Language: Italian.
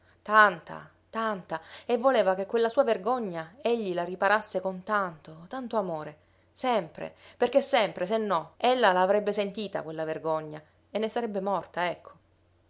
tanta tanta e voleva che quella sua vergogna egli la riparasse con tanto tanto amore sempre perché sempre se no ella la avrebbe sentita quella vergogna e ne sarebbe morta ecco